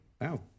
Wow